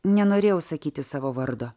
nenorėjau sakyti savo vardo